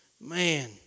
Man